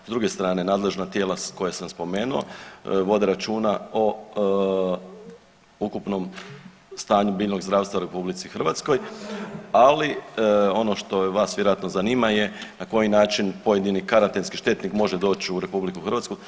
S druge strane nadležna tijela koja sam spomenuo vode računa o ukupnom stanju biljnog zdravstva u RH, ali ono što vas vjerojatno zanima je na koji način pojedini karantenski štetnik može doć u RH.